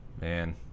Man